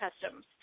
customs